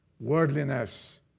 Worldliness